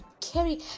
carry